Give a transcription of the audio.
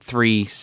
Three